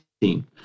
team